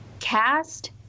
cast